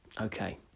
Okay